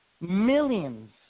millions